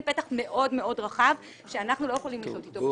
בהם אזי זה נותן פתח רחב שאנחנו לא יכולים ---,